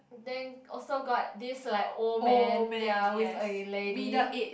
then also got this like old man ya with a lady